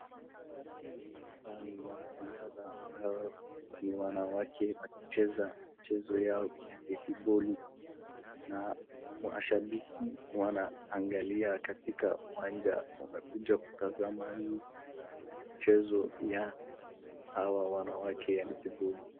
Hapa ni wanariadha ambapo ni wanawake wakicheza michezo yao ya netiboli na mashabiki wanaangalia katika uwanja wamekuja kutazama hii mchezo ya hawa wanawake ya netiboli.